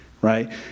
right